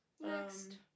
Next